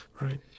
right